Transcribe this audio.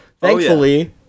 Thankfully